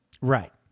Right